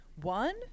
One